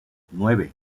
nueve